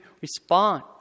respond